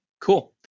Cool